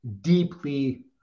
deeply